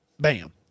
bam